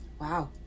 Wow